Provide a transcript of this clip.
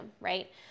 right